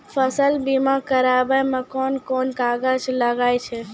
फसल बीमा कराबै मे कौन कोन कागज लागै छै?